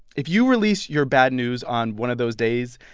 if you release your bad news on one of those days,